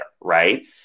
Right